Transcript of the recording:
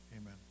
Amen